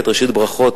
על הפרק: